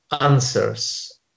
answers